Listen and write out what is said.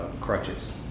crutches